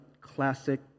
classic